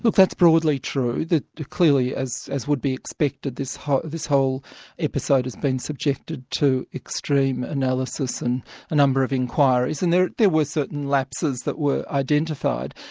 but that's broadly true. clearly, as as would be expected, this whole this whole episode has been subjected to extreme analysis and a number of inquiries, and there there were certain lapses that were identified,